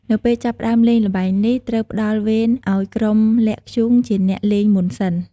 នៅពេលចាប់ផ្ដើមលេងល្បែងនេះ ត្រូវផ្ដល់វេនឲ្យក្រុមលាក់ធ្យូងជាអ្នកលេងមុនសិន។